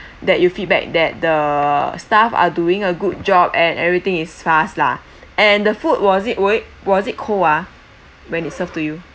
that you feedback that the staff are doing a good job and everything is fast lah and the food was it was it cold uh when it served to you